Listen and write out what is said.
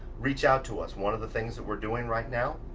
reach out to us. one of the things we're doing right now.